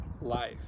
life